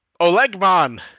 Olegmon